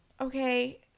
Okay